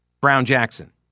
Brown-Jackson